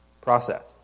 process